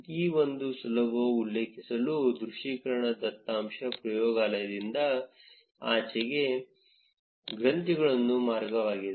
ಈ ಒಂದು ಸುಲಭ ಉಲ್ಲೇಖಿಸಲು ದೃಶ್ಯೀಕರಣ ದತ್ತಾಂಶ ಪ್ರಯೋಗಾಲಯದಿಂದ ಈಚೆಗೆ ಗ್ರಂಥಿಗಳು ಮಾರ್ಗವಾಗಿದೆ